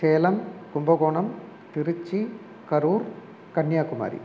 Salem Kumbakonam Trichy Karur Kanyakumari